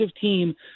team